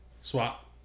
Swap